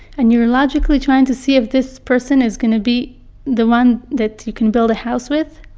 and you're logically trying to see if this person is gonna be the one that you can build a house with.